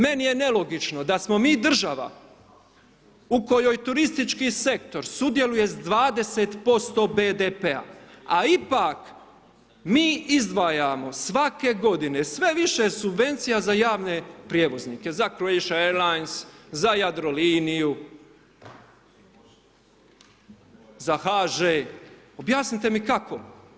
Meni je nelogično da smo mi država u kojoj turistički sektor sudjeluje sa 20% BDP-a a ipak mi izdvajamo svake godine sve više subvencija za javne prijevoznike, za Croatia airlines, za Jadroliniju, za HŽ, objasnite mi kako.